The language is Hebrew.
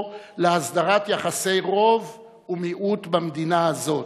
להסדרת יחסי רוב ומיעוט במדינה הזאת,